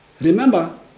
Remember